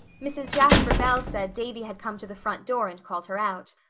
mrs. jasper bell said davy had come to the front door and called her out.